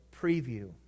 preview